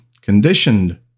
conditioned